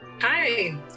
Hi